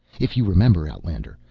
if you remember, outlander.